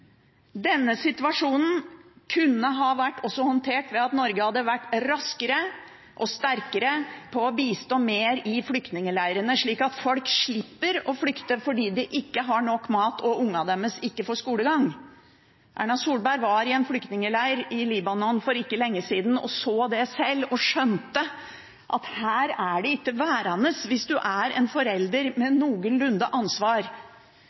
Denne situasjonen kunne også ha vært håndtert ved at Norge hadde vært raskere og sterkere i å bistå mer i flyktningleirene, slik at folk slipper å flykte fordi de ikke har nok mat og ungene deres ikke får skolegang. Erna Solberg var i en flyktningleir i Libanon for ikke lenge siden. Hun så og skjønte at her var det ikke værende. Hvis man er en forelder som tar litt ansvar,